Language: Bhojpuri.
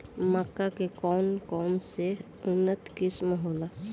मक्का के कौन कौनसे उन्नत किस्म होला?